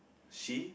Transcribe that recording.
she